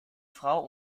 frau